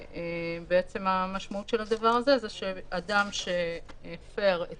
כשבעצם המשמעות של הדבר הזה הוא שאדם שהפר את